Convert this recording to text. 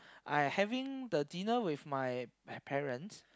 I having the dinner with my pa~ parents